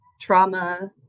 trauma